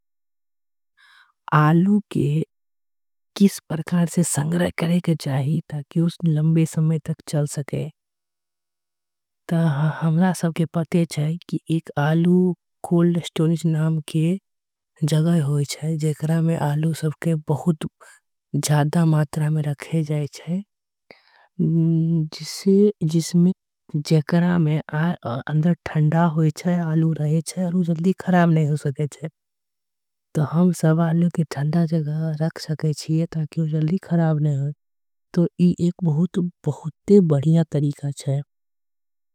त हमरा सब के पते छीये की आलू के कोल्ड स्टोरेज। नाम के एक जगह होय छीये जेकरा में बहुत मात्रा में। आलू रखे जाय छीये ज़ेकरा में आलू ठंडा होय छे। खराब नई होय छे त हम सब आलू के ठंडा। जगह में रख सके छीये जेकरा से ऊ खराब। न होय त ई एक बहुते बढ़िया तरीका छे।